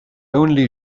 only